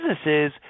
businesses